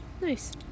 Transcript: Nice